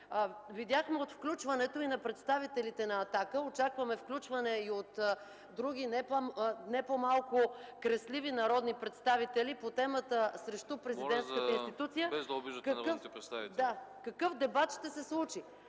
Видяхме го и от включването и на представителите на „Атака”. Очакваме включване и от други, не по-малко кресливи, народни представители по темата срещу президентската институция… ПРЕДСЕДАТЕЛ АНАСТАС